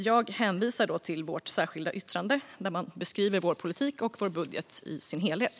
Jag hänvisar till vårt särskilda yttrande, där vi beskriver vår politik och vår budget i dess helhet.